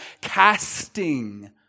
casting